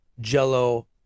Jello